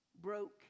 broke